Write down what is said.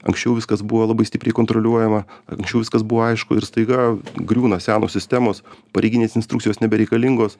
anksčiau viskas buvo labai stipriai kontroliuojama anksčiau viskas buvo aišku ir staiga griūna senos sistemos pareiginės instrukcijos nebereikalingos